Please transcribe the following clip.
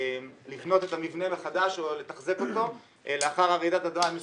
לבנות את המבנה מחדש או לתחזק אותו ולאחר רעידת אדמה הם מסודרים,